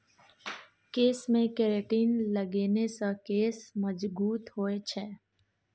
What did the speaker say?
केशमे केरेटिन लगेने सँ केश मजगूत होए छै